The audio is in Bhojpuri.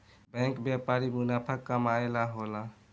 बैंक व्यापारिक मुनाफा कमाए ला होला